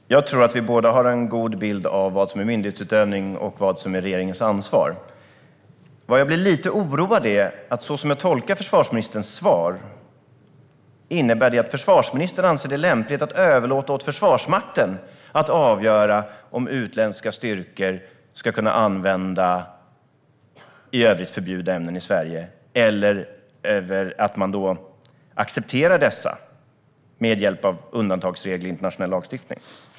Herr talman! Jag tror att vi båda har en god bild av vad som är myndighetsutövning och vad som är regeringens ansvar. Vad jag blir lite oroad av är att försvarsministerns svar, såsom jag tolkar det, innebär att försvarsministern anser det lämpligt att överlåta åt Försvarsmakten att avgöra om utländska styrkor ska kunna använda i övrigt förbjudna ämnen i Sverige, eller att man accepterar dessa med hjälp av undantagsregler i internationell lagstiftning.